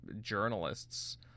journalists